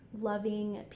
loving